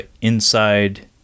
Inside